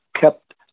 kept